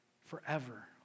forever